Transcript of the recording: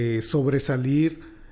sobresalir